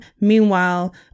Meanwhile